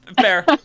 Fair